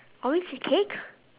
orange cake